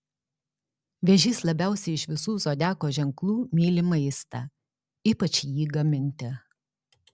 vėžys labiausiai iš visų zodiako ženklų myli maistą ypač jį gaminti